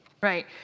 Right